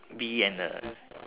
bee and the